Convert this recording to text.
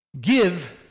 Give